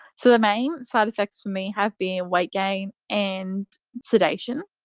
so the main side-effects for me have been weight gain and sedation.